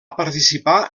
participar